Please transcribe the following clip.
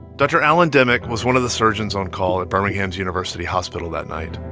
dr. alan dimick was one of the surgeons on call at birmingham's university hospital that night.